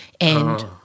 and-